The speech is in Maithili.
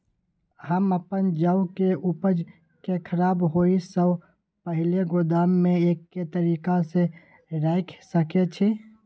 हम अपन जौ के उपज के खराब होय सो पहिले गोदाम में के तरीका से रैख सके छी?